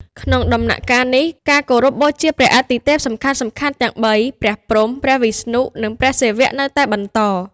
ក្នុងដំណាក់កាលនេះ ការគោរពបូជាព្រះអាទិទេពសំខាន់ៗទាំងបី ព្រះព្រហ្ម ព្រះវិស្ណុ និងព្រះសិវៈ នៅតែបន្ត។